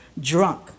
drunk